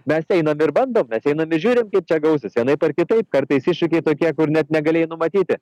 mes einam ir bandom mes einam ir žiūrim kaip čia gausis vienaip ar kitaip kartais iššūkiai tokie kur net negalėjai numatyti